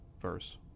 verse